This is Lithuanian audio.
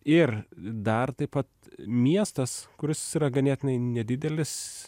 ir dar taip pat miestas kuris yra ganėtinai nedidelis